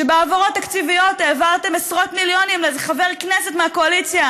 שבהעברות תקציביות העברתם עשרות מיליונים לאיזה חבר כנסת מהקואליציה